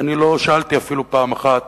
ואני לא שאלתי אפילו פעם אחת